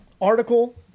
article